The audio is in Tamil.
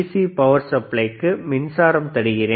சி பவர் சப்ளைக்கு மின்சாரம் தருகிறேன்